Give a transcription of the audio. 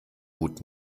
hut